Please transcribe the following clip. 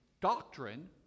doctrine